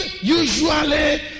Usually